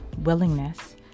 willingness